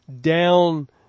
down